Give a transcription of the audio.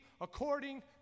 according